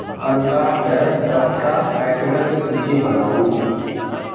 अंडाके सभटा आइटमक सूची बनाउ